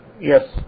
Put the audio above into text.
Yes